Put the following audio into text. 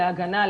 להגנה,